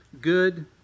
good